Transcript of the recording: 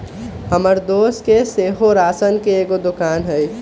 हमर दोस के सेहो राशन के एगो दोकान हइ